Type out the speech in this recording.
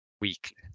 weekly